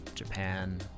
japan